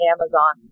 Amazon